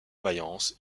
mayence